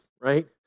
right